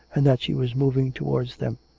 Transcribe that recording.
and that she was moving towards them.